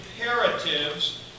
imperatives